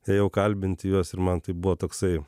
ėjau kalbinti juos ir man tai buvo toksai